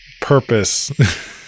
purpose